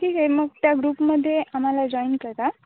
ठीक आहे मग त्या ग्रुपमध्ये आम्हाला जॉईन करताल